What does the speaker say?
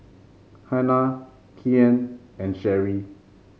Hanna Kyan and Sherry